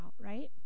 right